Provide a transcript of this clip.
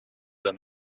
and